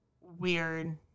weird